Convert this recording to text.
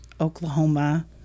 Oklahoma